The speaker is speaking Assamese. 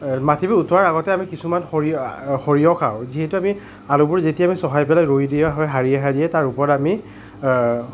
মাটিবোৰ উঠোৱাৰ আগতে আমি কিছুমান সৰিয়হ সৰিয়হ খাওঁ যিহেতু আমি আলুবোৰ যেতিয়া আমি চহাই পেলাই ৰুই দিয়া হয় শাৰীয়ে শাৰীয়ে তাৰ ওপৰত আমি